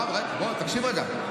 לא, הרב, תקשיב רגע.